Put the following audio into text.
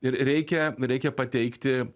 ir reikia reikia pateikti